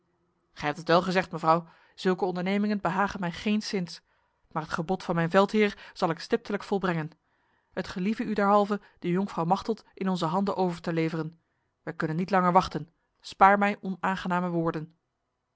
gij hebt het wel gezegd mevrouw zulke ondernemingen behagen mij geenszins maar het gebod van mijn veldheer zal ik stiptelijk volbrengen het gelieve u derhalve de jonkvrouw machteld in onze handen over te leveren wij kunnen niet langer wachten spaar mij onaangename woorden